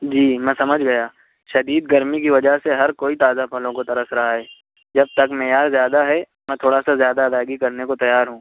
جی میں سمجھ گیا شدید گرمی کی وجہ سے ہر کوئی تازہ پھلوں کو ترس رہا ہے جب تک معیار زیادہ ہے میں تھوڑا سا زیادہ ادائیگی کرنے کو تیار ہوں